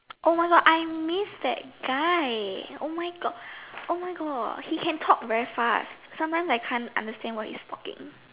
oh my God I miss that guy oh my God oh my God he talks very fast sometimes I can't understand what he's talking